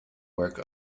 works